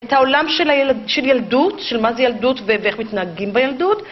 את העולם של ילדות, של מה זה ילדות ואיך מתנהגים בילדות.